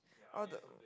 all the